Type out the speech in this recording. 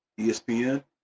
ESPN